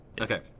Okay